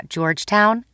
Georgetown